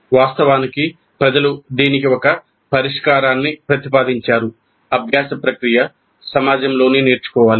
వాస్తవానికి ప్రజలు దీనికి ఒక పరిష్కారాన్ని ప్రతిపాదించారు అభ్యాస ప్రక్రియ సమాజంలోనే నేర్చుకోవాలి